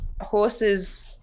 horses